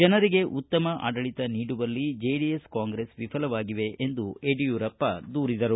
ಜನರಿಗೆ ಉತ್ತಮ ಆಡಳತ ನೀಡುವಲ್ಲಿ ಜೆಡಿಎಸ್ ಕಾಂಗ್ರೆಸ್ ವಿಫಲವಾಗಿವೆ ಎಂದು ಯಡಿಯೂರಪ್ಪ ದೂರಿದರು